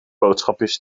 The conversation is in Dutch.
boodschapjes